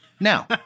Now